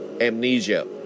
amnesia